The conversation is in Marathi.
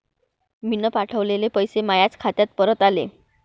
मीन पावठवलेले पैसे मायाच खात्यात परत आले